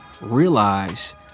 realize